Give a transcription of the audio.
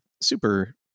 super